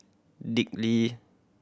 Dick Lee